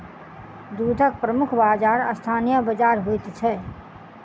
दूधक प्रमुख बाजार स्थानीय बाजार होइत छै